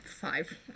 Five